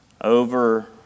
over